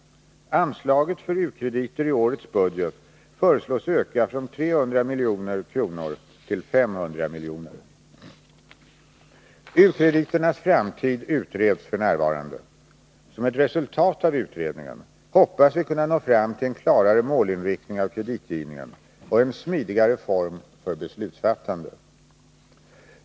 Anslaget för u-krediter i årets budget föreslås öka från 300 milj.kr. till 500 milj.kr. U-krediternas framtid utreds f. n. Som ett resultat av utredningen hoppas vi kunna nå fram till en klarare målinriktning av kreditgivningen och en smidigare form för beslutsfattande.